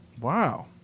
Wow